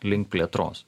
link plėtros